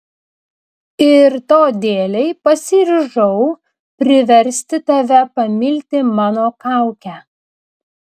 ir to dėlei pasiryžau priversti tave pamilti mano kaukę